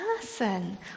person